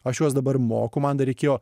aš juos dabar moku man reikėjo